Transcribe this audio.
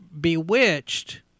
Bewitched